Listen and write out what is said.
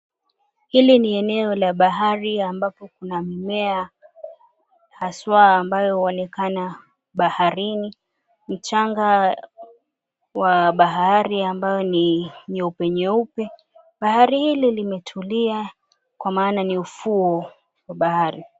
Hili ni eneo la bahari ambapo kuna mimea haswa ambayo huonekana baharini, mchanga wa bahari ambayo ni nyeupe nyeupe. Bahari hili limetulia kwa maana ni ufuo wa bahari.